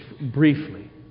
briefly